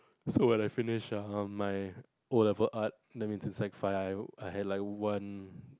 so when I finished um my O-level art that means in sec five I would I have like one